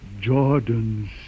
Jordan's